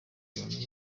abantu